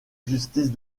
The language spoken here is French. justice